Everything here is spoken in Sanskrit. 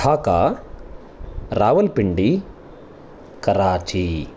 ढाका रावल्पिण्डी कराची